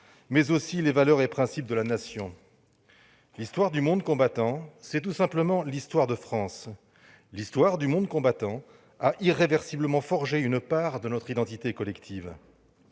mais aussi les valeurs et principes de la Nation. L'histoire du monde combattant, c'est tout simplement l'histoire de France. L'histoire du monde combattant a irréversiblement forgé une part de notre identité collective.